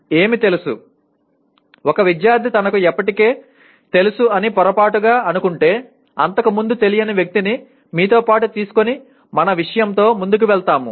ఏమి తెలుసు ఒక విద్యార్థి తనకు ఇప్పటికే తెలుసు అని పొరపాటుగా అనుకుంటే అంతకుముందు తెలియని వ్యక్తిని మీతో పాటు తీసుకొని మన విషయంతో ముందుకు వెళ్తాము